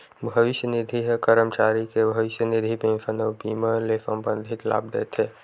भविस्य निधि ह करमचारी के भविस्य निधि, पेंसन अउ बीमा ले संबंधित लाभ देथे